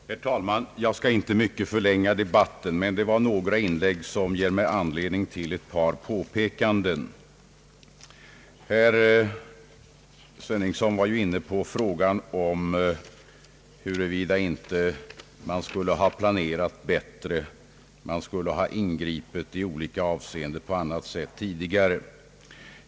Herr talman! Jag skall inte mycket förlänga debatten, men några inlägg ger mig anledning att göra ett par påpekanden. Herr Sveningsson var inne på frågan om man inte skulle ha planerat bättre och ingripit i olika avseenden tidigare.